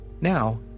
now